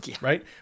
right